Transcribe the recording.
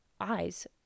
eyes